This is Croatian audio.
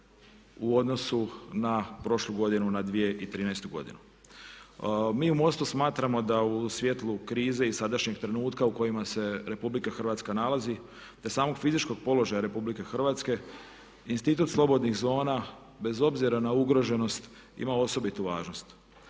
u odnosu na prošlu godinu na 2013.godinu. Mi u MOST-u smatramo da u svijetlu krize i sadašnjeg trenutka u kojemu se RH nalazi te samog fizičkog položaja RH institut slobodnih zona bez obzira na ugaženost ima osobitu važnost.